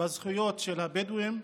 בזכויות של הבדואים,